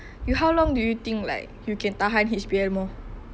you how long do you think like you can tahan H_B_L more